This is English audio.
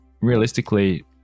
realistically